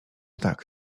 tak